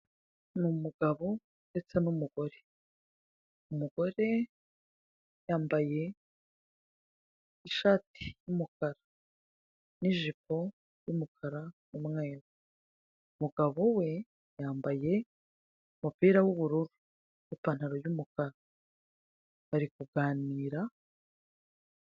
Ni umugabo ndetse n'umugore, umugore yambaye ishati y'umukara n'ijipo y'umukara n'umweru, umugabo we yambaye umupira w'ubururu n'ipantaro y'umukara, bari kuganira.